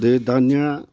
बे दानिया